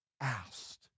asked